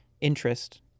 interest